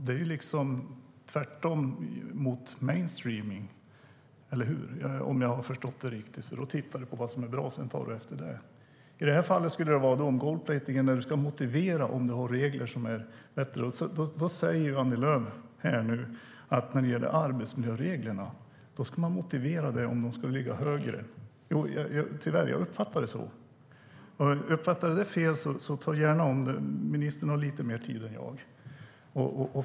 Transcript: Det är liksom tvärtemot mainstreaming, om jag har förstått det, för då tittar du på vad som är bra, och sedan tar du efter det. I det här fallet med gold-plating, när man ska motivera regler som ger bättre skydd, säger Annie Lööf att arbetsmiljöregler som ska ge bättre skydd ska motiveras. Jo, tyvärr uppfattar jag det så. Om jag har uppfattat detta fel får ministern gärna säga något mer. Ministern har mer talartid än jag.